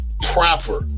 proper